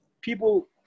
people